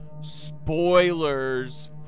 spoilers